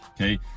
Okay